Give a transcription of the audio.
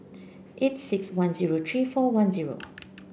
eight six one zero three four one zero